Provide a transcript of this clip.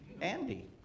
Andy